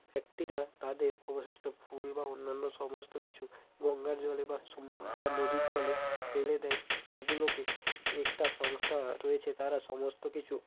ব্যক্তিরা তাদের অবশিষ্ট ফুল বা অন্যান্য সমস্ত কিছু গঙ্গার জলে বা সুম বা নদীর জলে ফেলে দেয় সেইগুলোকে একটা সংস্থা রয়েছে তারা সমস্ত কিছু